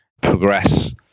progress